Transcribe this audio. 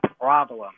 problem